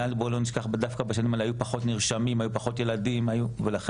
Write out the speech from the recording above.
בואו לא נשכח שדווקא בשנים האלה היו פחות נרשמים והיו פחות ילדים ולכן